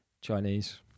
Chinese